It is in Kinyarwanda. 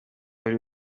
buri